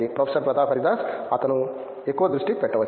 professor Pratap Haridas అతను ఎక్కువ దృష్టి పెట్టవచ్చు